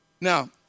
Now